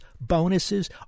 bonuses